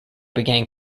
began